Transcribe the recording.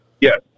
Yes